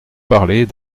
parler